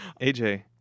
AJ